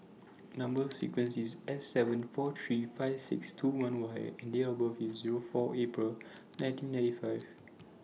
Number sequence IS S seven four three five six two one Y and Date of birth IS four April nineteen ninety five